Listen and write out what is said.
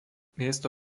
miesto